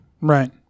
Right